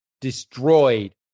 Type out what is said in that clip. destroyed